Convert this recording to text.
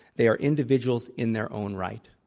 they are individuals in their own right.